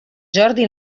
jordi